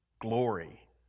glory